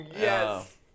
yes